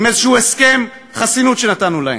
עם איזשהו הסכם חסינות שנתנו להם,